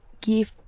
give